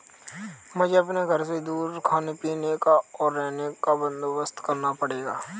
मुझे अपने घर से दूर खाने पीने का, और रहने का बंदोबस्त करना पड़ेगा